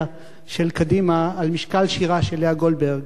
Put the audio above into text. של קדימה על משקל שירה של לאה גולדברג: